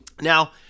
Now